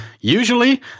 Usually